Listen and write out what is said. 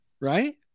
Right